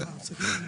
הוועדה.